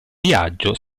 viaggio